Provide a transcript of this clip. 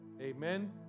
Amen